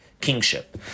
kingship